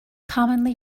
commonly